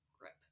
grip